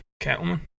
Catwoman